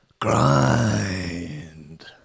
grind